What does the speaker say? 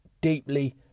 Deeply